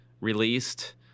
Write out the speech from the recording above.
released